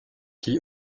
qui